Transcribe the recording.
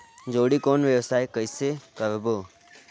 जोणी कौन व्यवसाय कइसे करबो?